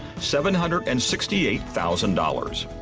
seven hundred and sixty eight thousand dollars.